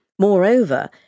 Moreover